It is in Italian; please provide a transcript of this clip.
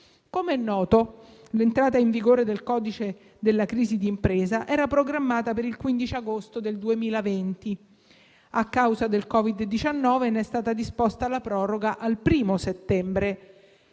Com'è noto, l'entrata in vigore del codice della crisi di impresa era programmata per il 15 agosto 2020. A causa del Covid-19, ne è stata disposta la proroga al 1° settembre